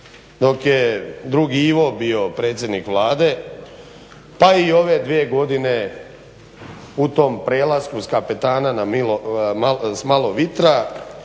dok je drug Ivo bio predsjednik Vlade, pa i ove dvije godine u tom prelasku s kapetana na malo vitra.